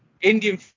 Indian